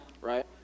right